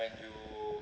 when you